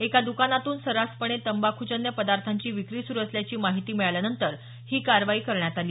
एका द्कानातून सर्रासपणे तंबाखूजन्य पदार्थांची विक्री सुरु असल्याची माहिती मिळाल्यानंतर ही कारवाई करण्यात आली